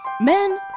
men